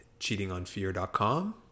cheatingonfear.com